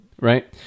right